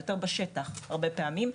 יותר בשטח הרבה פעמים.